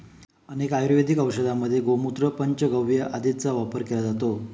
अनेक आयुर्वेदिक औषधांमध्ये गोमूत्र, पंचगव्य आदींचा वापर केला जातो